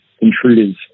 intruders